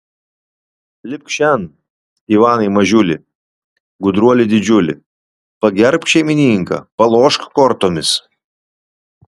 lipk šen ivanai mažiuli gudruoli didžiuli pagerbk šeimininką palošk kortomis